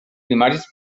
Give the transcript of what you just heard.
primàries